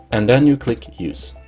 and then you click use